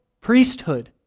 priesthood